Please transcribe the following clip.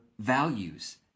values